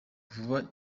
vuba